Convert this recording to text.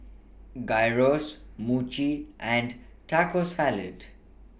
Gyros Mochi and Taco Salad